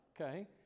Okay